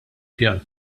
pjan